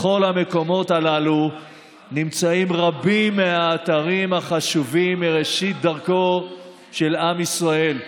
בכל המקומות הללו נמצאים רבים מהאתרים החשובים מראשית דרכו של עם ישראל.